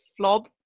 flob